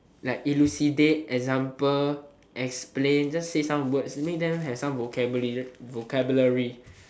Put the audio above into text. like elucidate example explain just say some words make them have some vocabul~ vocabulary